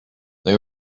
they